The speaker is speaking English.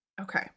okay